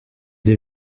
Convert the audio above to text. vous